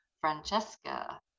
Francesca